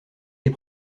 les